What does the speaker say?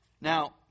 Now